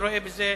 אני רואה בזה